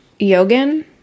Yogan